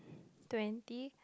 twenty